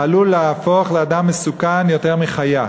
עלול להפוך לאדם מסוכן יותר מחיה.